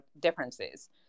differences